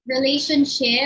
Relationship